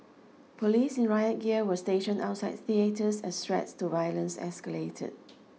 police in riot gear were stationed outside theatres as threats to violence escalated